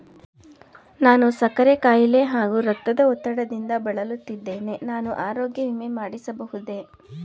ನಾನು ಸಕ್ಕರೆ ಖಾಯಿಲೆ ಹಾಗೂ ರಕ್ತದ ಒತ್ತಡದಿಂದ ಬಳಲುತ್ತಿದ್ದೇನೆ ನಾನು ಆರೋಗ್ಯ ವಿಮೆ ಮಾಡಿಸಬಹುದೇ?